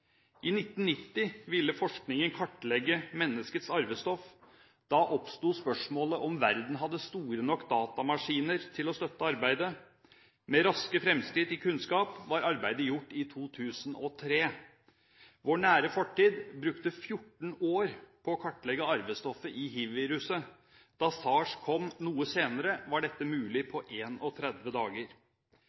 I 1990 ville forskningen kartlegge menneskets arvestoff. Da oppsto spørsmålet om verden hadde store nok datamaskiner til å støtte arbeidet. Med raske fremskritt i kunnskap var arbeidet gjort i 2003. I vår nære fortid brukte man 14 år på å kartlegge arvestoffet i hivviruset. Da sars kom noe senere, var dette mulig på 31 dager.